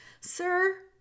Sir